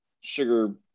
sugar